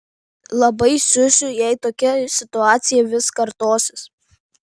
labai siusiu jei tokia situacija vis kartosis